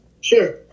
Sure